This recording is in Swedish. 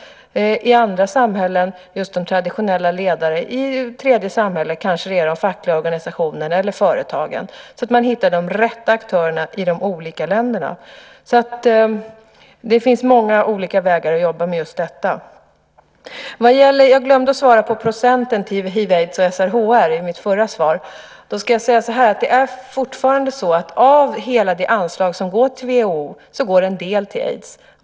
I andra samhällen är det de traditionella ledarna och i ytterligare andra kanske det är de fackliga organisationerna eller företagen. Man måste hitta de rätta aktörerna i de olika länderna. Det finns många olika vägar att jobba med detta på. Jag glömde att svara på frågan om procenten till hiv/aids och SRHR i mitt förra svar. Det är fortfarande så att av hela det anslag som går till WHO går en del till aids.